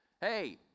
Hey